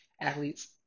athletes